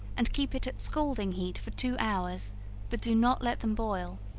and keep it at scalding heat for two hours but do not let them boil.